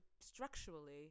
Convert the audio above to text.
structurally